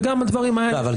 וגם על הדברים האלה.